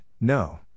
no